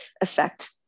affect